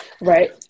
Right